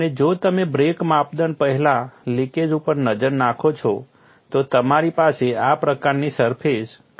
અને જો તમે બ્રેક માપદંડ પહેલા લિકેજ ઉપર નજર નાખો છો તો તમારી પાસે આ પ્રકારની સરફેસ ક્રેક છે